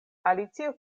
alicio